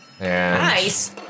Nice